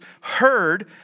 heard